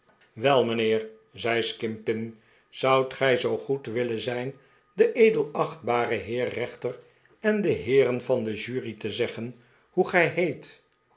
wel mijnheer zei skimpin zoudt gij zoo goed willen zijn den edelachtbaren heer rechter en den heeren van de jury te zeggen hoe gij heet